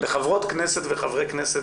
לחברות כנסת וחברי כנסת